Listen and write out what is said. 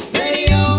radio